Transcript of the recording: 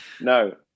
no